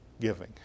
giving